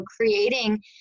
creating